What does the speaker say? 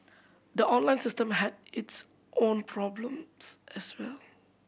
the online system had its own problems as well